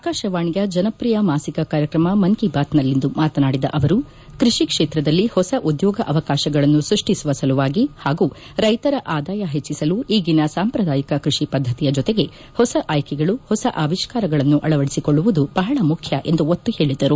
ಆಕಾಶವಾಣಿಯ ಜನಪ್ರಿಯ ಮಾಸಿಕ ಕಾರ್ಯಕ್ರಮ ಮನ್ ಕಿ ಬಾತ್ನಲ್ಲಿಂದು ಮಾತನಾಡಿದ ಅವರು ಕೃಷಿ ಕ್ಷೇತ್ರದಲ್ಲಿ ಹೊಸ ಉದ್ಯೋಗ ಅವಕಾಶಗಳನ್ನು ಸೃಷ್ಟಿಸುವ ಸಲುವಾಗಿ ಹಾಗೂ ರೈತರ ಆದಾಯ ಹೆಚ್ಚಿಸಲು ಈಗಿನ ಸಾಂಪ್ರದಾಯಿಕ ಕೃಷಿ ಪದ್ದತಿಯ ಜೊತೆಗೆ ಹೊಸ ಆಯ್ಕೆಗಳು ಹೊಸ ಅವಿಷ್ಕಾರಗಳನ್ನು ಅಳವಡಿಸಿಕೊಳ್ಳುವುದು ಬಹಳ ಮುಖ್ಯ ಎಂದು ಒತ್ತಿ ಹೇಳಿದರು